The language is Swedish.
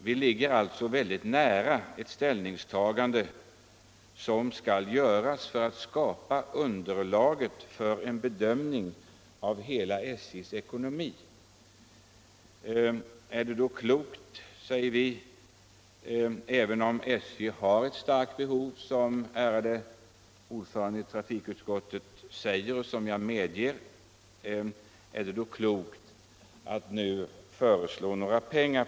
Vi ligger sålunda mycket nära det ställningstagande som skall göras för att skapa underlaget för en bedömning av SJ:s ekonomi. Är det då klokt — även om SJ:s behov är starkt, som trafikutskottets ärade ordförande sade och som jag medger — att nu föreslå ett förhöjt investeringsanslag?